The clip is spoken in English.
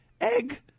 Egg